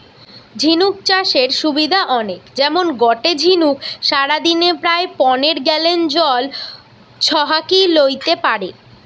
ঝিনুক চাষের সুবিধা অনেক যেমন গটে ঝিনুক সারাদিনে প্রায় পনের গ্যালন জল ছহাকি লেইতে পারে